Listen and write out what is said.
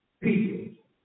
people